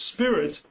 Spirit